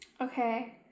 Okay